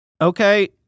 Okay